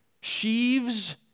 Sheaves